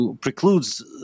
precludes